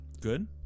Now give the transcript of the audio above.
Good